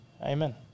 Amen